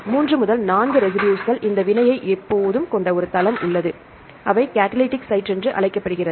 3 முதல் 4 ரெசிடுஸ்கள் இந்த வினையை எப்போதும் கொண்ட ஒரு தளம் உள்ளது அவை காடலிட்டிக் சைட் என்று அழைக்கப்படுகிறது